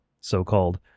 so-called